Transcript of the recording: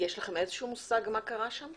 יש לכם איזשהו מושג מה קרה שם?